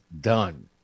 done